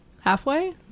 halfway